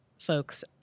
folks